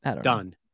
done